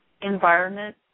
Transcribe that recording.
environment